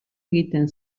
egiten